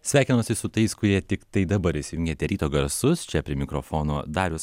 sveikinosi su tais kurie tiktai dabar įsijungėte ryto garsus čia prie mikrofono darius